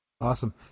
Awesome